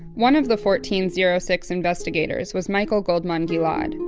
one of the fourteen zero-six investigators was michael goldman-gilad.